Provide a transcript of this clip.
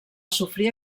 sofrir